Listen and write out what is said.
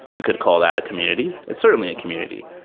you could call that a community. it's certainly a community.